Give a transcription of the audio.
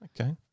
Okay